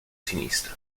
sinistra